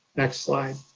next slide.